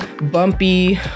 bumpy